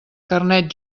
carnet